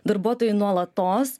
darbuotojai nuolatos